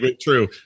True